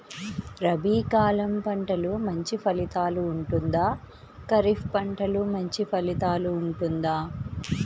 రబీ కాలం పంటలు మంచి ఫలితాలు ఉంటుందా? ఖరీఫ్ పంటలు మంచి ఫలితాలు ఉంటుందా?